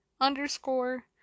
underscore